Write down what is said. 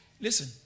Listen